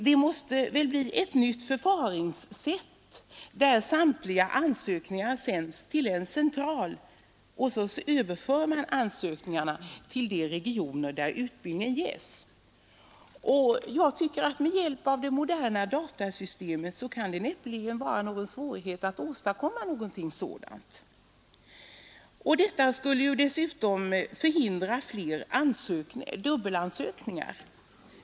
Det måste bli ett nytt förfaringssätt, så att samtliga ansökningar sänds till en central, varefter man överför ansökningarna till de regioner där utbildningen ges. Med hjälp av de moderna datasystemen kan det näppeligen vara någon svårighet att åstadkomma någonting sådant. Det skulle dessutom förhindra dubbelansökningar.